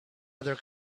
other